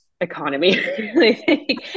economy